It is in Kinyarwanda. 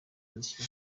hanze